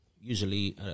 usually